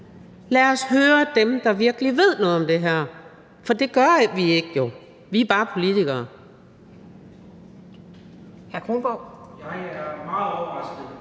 lad os høre dem, der virkelig ved noget om det her, for det gør vi jo ikke – vi er bare politikere. Kl. 17:54 Anden